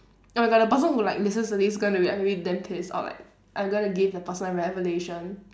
oh my god the person who like listens to this gonna be like maybe damn pissed off like I'm gonna give the person a revelation